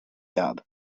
job